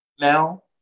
now